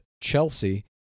Chelsea